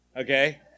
Okay